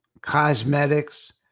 cosmetics